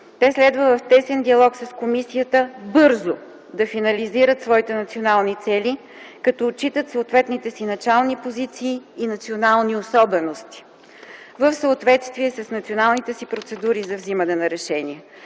Те следва, в тесен диалог с Комисията, бързо да финализират своите национални цели, като отчитат съответните си начални позиции и национални особености в съответствие с националните си процедури за вземане на решения.